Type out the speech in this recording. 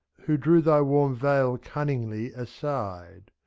who drew thy warm veil cunningly aside.